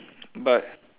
but